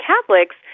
Catholics